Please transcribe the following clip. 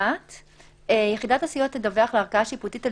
(ח)(1) יחידת הסיוע תדווח לערכאה שיפוטית על